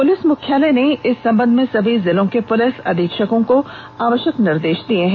police मुख्यालय ने इस संबंध में सभी जिलों के पुलिस अधीक्षकों को आवश्यक निर्देश दे दिए हैं